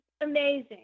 amazing